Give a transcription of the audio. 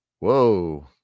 whoa